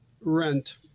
rent